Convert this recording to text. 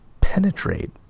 penetrate